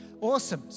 Awesome